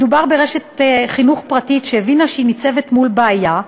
מדובר ברשת חינוך פרטית שהבינה שהיא ניצבת מול בעיה,